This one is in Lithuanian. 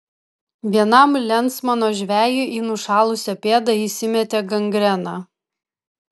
vienam lensmano žvejui į nušalusią pėdą įsimetė gangrena